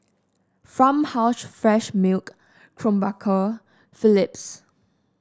Farmhouse Fresh Milk Krombacher Philips